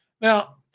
Now